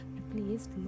replaced